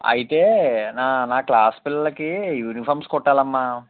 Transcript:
అయితే నా నా క్లాస్ పిల్లలలకి యూనిఫార్మ్స్ కుట్టాలమ్మ